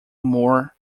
more